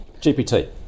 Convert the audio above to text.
GPT